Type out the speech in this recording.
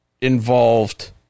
involved